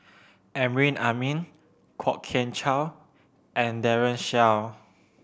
Amrin Amin Kwok Kian Chow and Daren Shiau